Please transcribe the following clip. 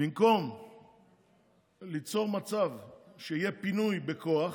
במקום ליצור מצב שיהיה פינוי בכוח,